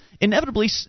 inevitably